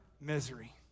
misery